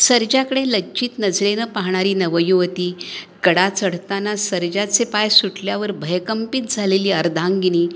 सर्जाकडे लज्जित नजरेनं पाहणारी नवयुवती कडा चढताना सर्जाचे पाय सुटल्यावर भयकंपित झालेली अर्धांगिनी